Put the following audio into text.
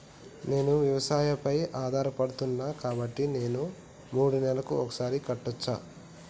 నేను వ్యవసాయం పై ఆధారపడతాను కాబట్టి నేను మూడు నెలలకు ఒక్కసారి కట్టచ్చా?